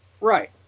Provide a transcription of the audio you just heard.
right